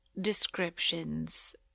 descriptions